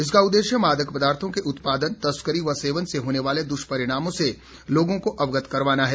इसका उददेश्य मादक पदार्थो के उत्पादन तस्करी व सेवन से होने वाले दुष्परिणामों से लोगों को अवगत करवाना है